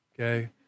Okay